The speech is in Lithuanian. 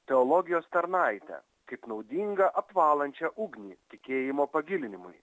teologijos tarnaitę kaip naudingą apvalančią ugnį tikėjimo pagilinimui